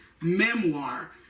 memoir